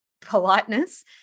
politeness